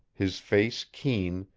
his face keen,